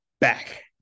back